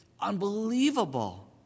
unbelievable